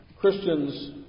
Christians